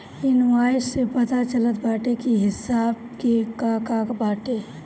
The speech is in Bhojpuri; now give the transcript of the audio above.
इनवॉइस से पता चलत बाटे की हिसाब में का का बाटे